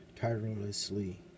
tirelessly